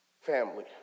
family